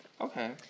Okay